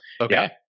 okay